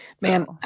Man